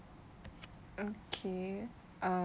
okay uh